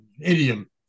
idiom